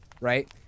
Right